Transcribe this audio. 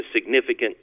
significant